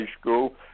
school